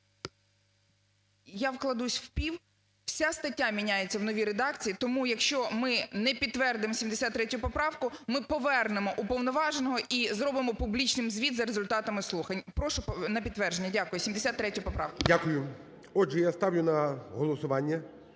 Я вкладуся в пів. Вся стаття міняється в новій редакції. Тому, якщо ми не підтвердимо 73 поправку, ми повернемо уповноваженого і зробимо публічним звіт за результатами слухань. Прошу на підтвердження, дякую, 73 поправку. ГОЛОВУЮЧИЙ. Дякую. Отже, я ставлю на голосування